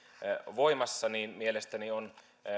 voimassa mielestäni on